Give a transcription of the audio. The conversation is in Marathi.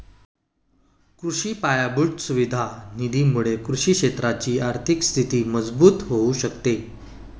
कृषि पायाभूत सुविधा निधी मुळे कृषि क्षेत्राची आर्थिक स्थिती मजबूत होऊ शकते